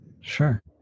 Sure